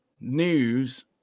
news